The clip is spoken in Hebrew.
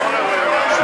נתקבל.